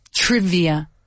Trivia